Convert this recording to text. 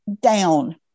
down